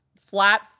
flat